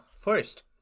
First